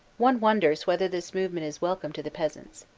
one wonders whether this movement is welcome to the peasants.